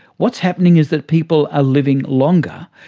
what's happening is that people are living longer,